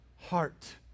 heart